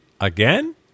Again